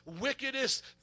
wickedest